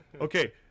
okay